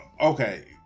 Okay